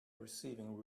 receiving